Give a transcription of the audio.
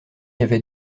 avait